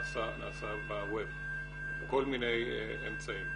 נעשה ב"ווב" בכל מיני אמצעים.